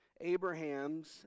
Abraham's